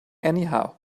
anyhow